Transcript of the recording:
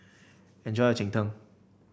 enjoy your Cheng Tng